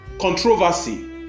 controversy